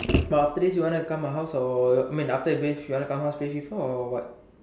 but after this you want to come my house or I mean after you bathe you want to come my house play FIFA or